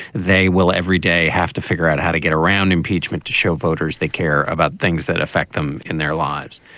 they will every day have to figure out how to get around impeachment to show voters they care about things that affect them in their lives.